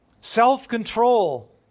self-control